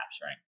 capturing